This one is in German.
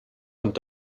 und